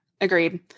agreed